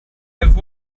have